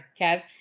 Kev